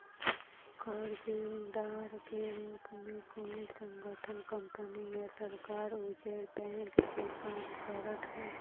कर्जदाता के रूप में कोई संगठन कंपनी या सरकार औउर बैंक के काम करऽ हई